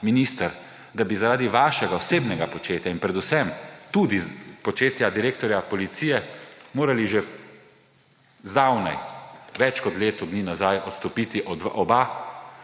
minister, da bi zaradi vašega osebnega početja in predvsem tudi početja direktorja policije morali že zdavnaj, več kot leto dni nazaj, odstopiti oba,